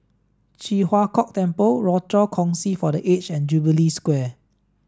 Ji Huang Kok Temple Rochor Kongsi for the Aged and Jubilee Square